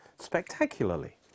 spectacularly